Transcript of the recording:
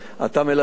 אתה מלווה,